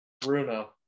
Bruno